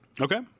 Okay